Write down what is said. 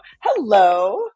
Hello